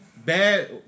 Bad